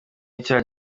icyaha